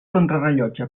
contrarellotge